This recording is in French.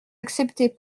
acceptez